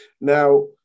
Now